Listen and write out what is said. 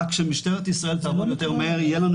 רק שמשטרת ישראל תעבוד יותר מהר ויהיו לנו